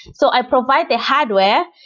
so i provide the hardware.